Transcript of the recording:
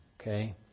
Okay